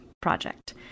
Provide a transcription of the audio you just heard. project